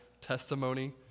testimony